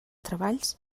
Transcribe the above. treballs